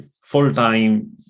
full-time